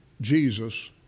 Jesus